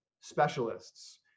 specialists